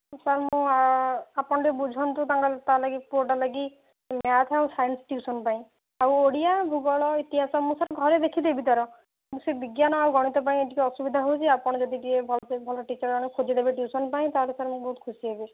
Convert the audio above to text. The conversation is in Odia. ସାର୍ ମୁଁ ଆ ଆପଣ ଟିକିଏ ବୁଝନ୍ତୁ ତାଙ୍କ ତା'ଲାଗି ପୁଅଟା ଲାଗି ମ୍ୟାଥ୍ ଆଉ ସାଇନ୍ସ ଟ୍ୟୁସନ୍ ପାଇଁ ଆଉ ଓଡ଼ିଆ ଭୂଗୋଳ ଇତିହାସ ମୁଁ ସାର୍ ଘରେ ଦେଖିଦେବି ତା'ର ମୁଁ ସେ ବିଜ୍ଞାନ ଆଉ ଗଣିତ ପାଇଁ ଟିକିଏ ଅସୁବିଧା ହେଉଛି ଆପଣ ଯଦି ଟିକିଏ ଭଲସେ ଭଲ ଟିଚର୍ ଆମକୁ ଖୋଜି ଦେବେ ଟ୍ୟୁସନ୍ ପାଇଁ ତାହେଲେ ସାର୍ ମୁଁ ବହୁତ ଖୁସି ହେବି